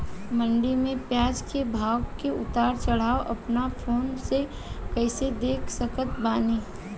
मंडी मे प्याज के भाव के उतार चढ़ाव अपना फोन से कइसे देख सकत बानी?